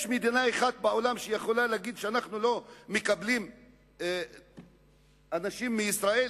יש מדינה אחת בעולם שיכולה להגיד: אנחנו לא מקבלים אנשים מישראל,